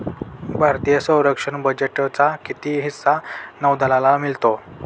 भारतीय संरक्षण बजेटचा किती हिस्सा नौदलाला मिळतो?